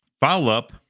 Follow-up